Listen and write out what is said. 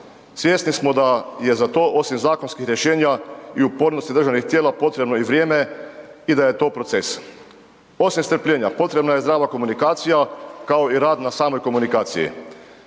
Svjesni smo da je za to osim zakonskih rješenja i upornosti državnih tijela potrebno i vrijeme i da je to proces. Osim strpljenja potrebna je zdrava komunikacija kao i rad na samoj komunikaciji.